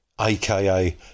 aka